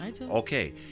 Okay